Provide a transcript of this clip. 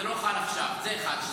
זה לא חל עכשיו, זה דבר אחד.